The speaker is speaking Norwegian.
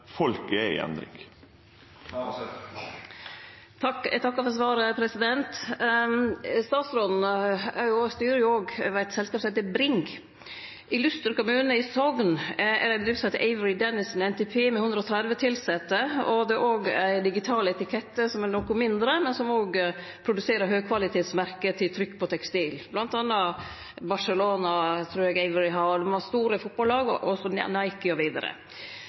folk er i endring. Eg takkar for svaret. Statsråden styrer over eit selskap som heiter Bring. I Luster kommune i Sogn er det ei bedrift som heiter Avery Dennison NTP, med 130 tilsette. Der er òg Digital Etikett, som er noko mindre, men som òg produserer merke av høg kvalitet til trykk på tekstil. Blant anna Barcelona trur eg Avery har – dei har store